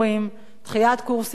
דחיית קורסים ומטלות,